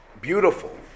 beautiful